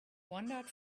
wandered